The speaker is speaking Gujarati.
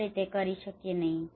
આપણે તે કરી શકીએ નહિ